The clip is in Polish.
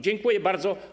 Dziękuję bardzo.